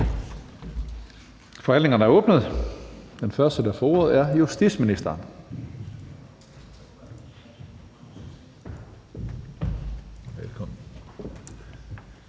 Forhandlingen er åbnet. Den første, der får ordet, er justitsministeren. Velkommen.